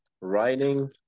writing